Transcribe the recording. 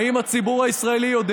האם הציבור הישראלי יודע